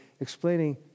explaining